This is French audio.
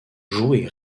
jouée